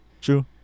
True